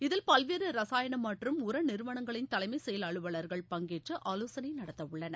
இதில் பல்வேறு ரசாயனம் மற்றும் உர நிறுவனங்களின் தலைமை செயல் அலுவலர்கள் பங்கேற்று ஆலோசனை நடத்தவுள்ளனர்